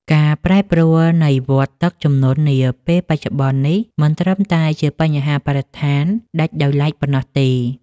ការប្រែប្រួលនៃវដ្តទឹកជំនន់នាពេលបច្ចុប្បន្ននេះ មិនត្រឹមតែជាបញ្ហាបរិស្ថានដាច់ដោយឡែកប៉ុណ្ណោះទេ។